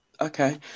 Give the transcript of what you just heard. okay